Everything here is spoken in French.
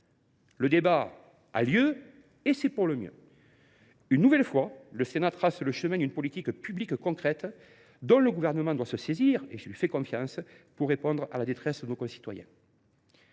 Le débat a lieu, ce qui est pour le mieux. Une nouvelle fois, le Sénat trace le chemin d’une politique publique concrète dont le Gouvernement doit se saisir pour répondre à la détresse de nos concitoyens.